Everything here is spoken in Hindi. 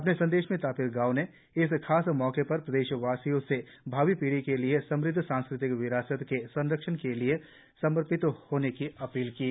अपने संदेश में तापिर गाव ने इस खास मौके पर प्रदेशवासियों से भावी पीढ़ी के लिए समृद्ध सांस्कृतिक विरासत के संरक्षण के लिए समर्पित होने की अपील की है